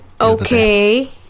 okay